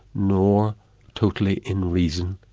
nor totally in reason.